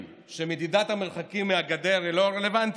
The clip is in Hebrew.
שמדידת המרחקים מהגדר היא לא רלוונטית.